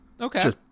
Okay